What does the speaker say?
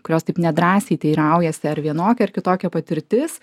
kurios taip nedrąsiai teiraujasi ar vienokia ar kitokia patirtis